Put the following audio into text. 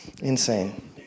insane